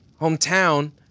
hometown